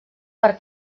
per